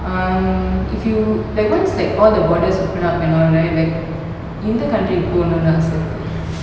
um if you like once like all the borders open up and all right like எந்த:yentha country கு போனும்னு ஆசை இருக்கு:ku ponumnu aasai iruku